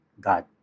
God